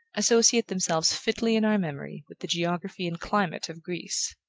associate themselves fitly in our memory with the geography and climate of greece.